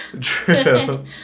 True